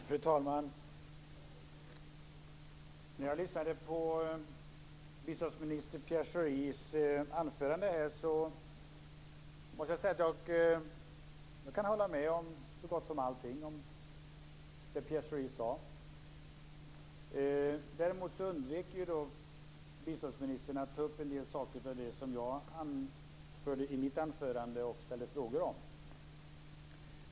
Fru talman! Jag lyssnade på biståndsminister Pierre Schoris anförande, och jag kan hålla med om så gott som allting som Pierre Schori sade. Däremot undvek biståndsministern att ta upp en del av det som jag berörde i mitt anförande och ställde frågor om.